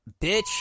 bitch